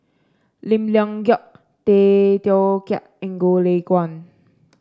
Lim Leong Geok Tay Teow Kiat and Goh Lay Kuan